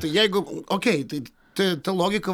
tai jeigu okei tai t tai ta logika